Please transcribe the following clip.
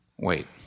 Wait